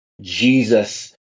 Jesus